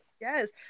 Yes